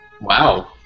Wow